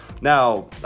now